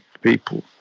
people